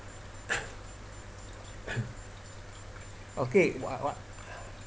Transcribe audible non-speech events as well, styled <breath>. <breath> <breath> okay what what